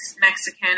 Mexican